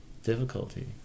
Difficulty